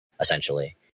essentially